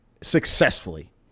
successfully